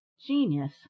genius